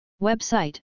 Website